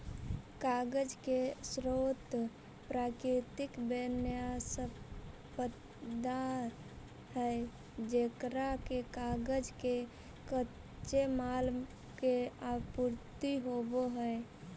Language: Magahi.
कागज के स्रोत प्राकृतिक वन्यसम्पदा है जेकरा से कागज के कच्चे माल के आपूर्ति होवऽ हई